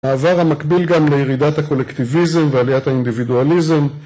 מעבר המקביל גם לירידת הקולקטיביזם ועליית האינדיבידואליזם